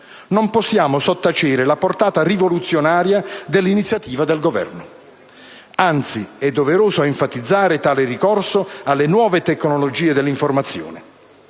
Non possiamo sottacere la portata rivoluzionaria dell'iniziativa del Governo. Anzi, è doveroso enfatizzare tale ricorso alle nuove tecnologie dell'informazione.